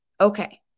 Okay